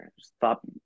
stop